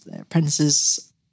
apprentices